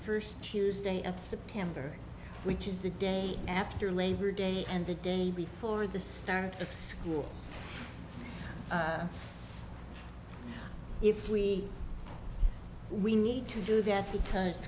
first tuesday of september which is the day after labor day and the day before the start of school if we we need to do that because